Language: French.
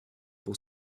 pour